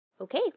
okay